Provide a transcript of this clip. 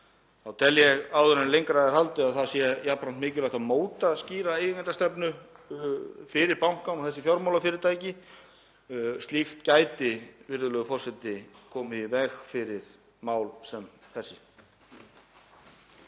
Þá tel ég, áður en lengra er haldið, að það sé jafnframt mikilvægt að móta skýra eigendastefnu fyrir banka og fjármálafyrirtæki. Slíkt gæti, virðulegur forseti, komið í veg fyrir mál sem þessi.